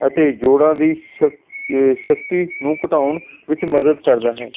ਅਤੇ ਜੋੜਾਂ ਦੀ ਸ਼ਕਤੀ ਨੂੰ ਘਟਾਉਣ ਵਿੱਚ ਮਦਦ ਕਰਦਾ ਹੈ